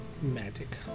Magic